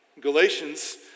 Galatians